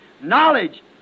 knowledge